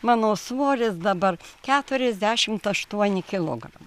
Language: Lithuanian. mano svoris dabar keturiasdešimt aštuoni kilogram